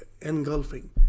engulfing